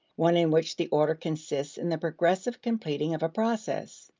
one in which the order consists in the progressive completing of a process.